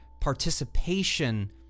participation